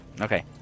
Okay